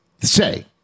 say